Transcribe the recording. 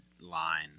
line